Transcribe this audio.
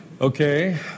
Okay